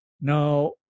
now